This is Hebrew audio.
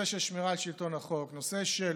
הנושא של